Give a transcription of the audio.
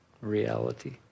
reality